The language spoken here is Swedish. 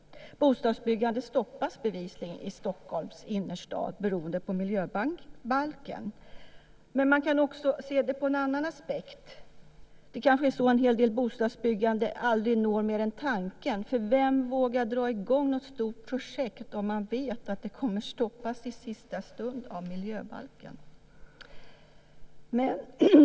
Bostadsbyggandet stoppas bevisligen i Stockholms innerstad beroende på miljöbalken. Men man kan också se det från en annan aspekt. Det kanske är så att en hel del bostadsbyggande aldrig når mer än tanken, för vem vågar dra i gång något stort projekt om man vet att det kommer att stoppas i sista stund av miljöbalken?